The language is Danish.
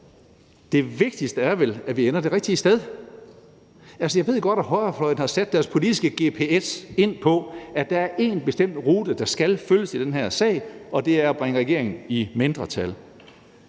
Det vigtigste er vel, at vi ender det rigtige sted. Altså, jeg ved godt, at højrefløjen har sat deres politiske gps på, at der er én bestemt rute, der skal følges i den her sag, og det er at bringe regeringen i mindretal.